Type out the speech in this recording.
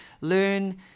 learn